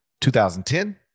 2010